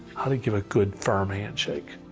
how to give a good, firm handshake.